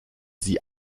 sie